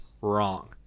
wrong